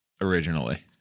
originally